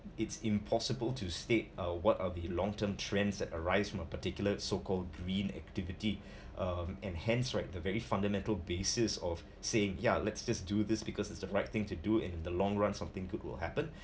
it's impossible to state uh what are the long term trends that arise from a particular so called green activity uh and hence right the very fundamental basis of saying yeah let's just do this because it's the right thing to do in the long run something good will happen